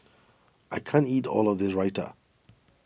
I can't eat all of this Raita